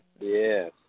Yes